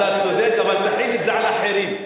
אבל מחיל את זה על אחרים.